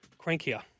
crankier